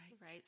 Right